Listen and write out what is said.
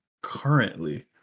currently